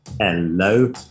Hello